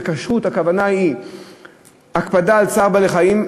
ובכשרות הכוונה היא הקפדה על צער בעלי-חיים.